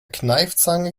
kneifzange